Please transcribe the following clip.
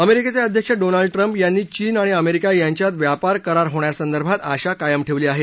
अमेरिकेचे अध्यक्ष Donald Trump यांनी चीन आणि अमेरिका यांच्यात व्यापार करार होण्यासंदर्भात आशा कायम ठेवली आहे